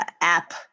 app